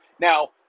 now